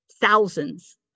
thousands